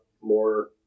more